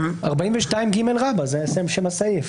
42ג זה שם הסעיף.